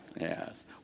yes